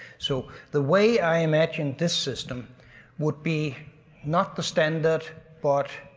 so the way i imagine this system would be not the standard but.